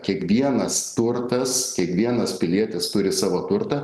kiekvienas turtas kiekvienas pilietis turi savo turtą